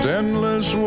endless